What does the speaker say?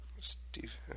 Steve